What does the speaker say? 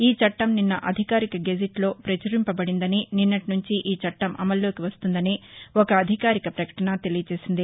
ఈ చట్టం నిన్న అధికారిక గెజిట్లో ప్రచురింపబడిందని నిన్నటి నుంచి ఈ చట్టం అమల్లోకి వస్తుందని ఒక అధికారిక ప్రకటన తెలియచేసింది